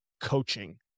coaching